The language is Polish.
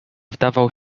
wdawał